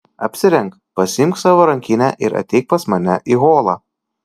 apsirenk pasiimk savo rankinę ir ateik pas mane į holą